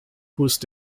whose